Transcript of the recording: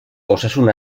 osasun